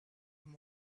and